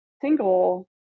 single